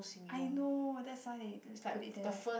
I know that's why they put it there